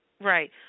Right